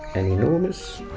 an enormous.